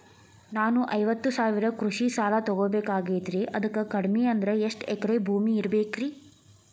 ನಾನು ಐವತ್ತು ಸಾವಿರ ಕೃಷಿ ಸಾಲಾ ತೊಗೋಬೇಕಾಗೈತ್ರಿ ಅದಕ್ ಕಡಿಮಿ ಅಂದ್ರ ಎಷ್ಟ ಎಕರೆ ಭೂಮಿ ಇರಬೇಕ್ರಿ?